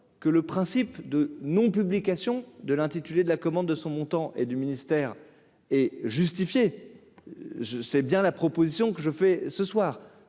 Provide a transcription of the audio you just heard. que le principe de non-publication de l'intitulé de la commande de son montant et du ministère et justifiée, je sais bien, la proposition que je fais ce soir